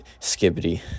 skibbity